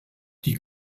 die